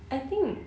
I think